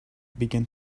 began